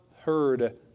heard